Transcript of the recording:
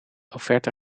offerte